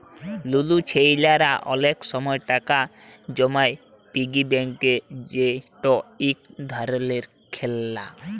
লুলু ছেইলারা অলেক সময় টাকা জমায় পিগি ব্যাংকে যেট ইক ধরলের খেললা